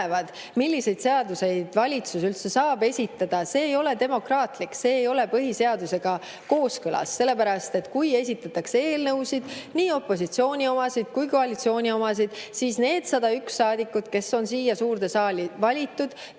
milliseid seadusi valitsus üldse saab esitada – see ei ole demokraatlik. See ei ole põhiseadusega kooskõlas. Sellepärast, et kui esitatakse eelnõusid, nii opositsiooni kui ka koalitsiooni omasid, siis need 101 saadikut, kes on siia suurde saali valitud,